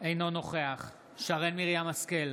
אינו נוכח שרן מרים השכל,